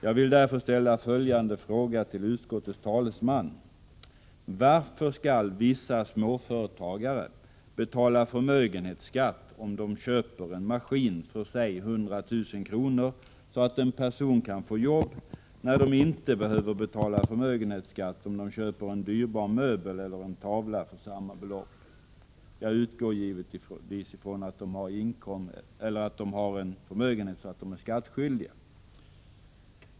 Jag vill därför ställa följande fråga till utskottets talesman: Varför skall en småföretagare betala förmögenhetsskatt om han köper en maskin för säg 100 000 kr., så att en person kan få jobb, när han inte behöver betala förmögenhetsskatt om han köper en dyrbar möbel eller en tavla för samma belopp? Jag utgår från att han har en förmögenhet så att han är skattskyldig.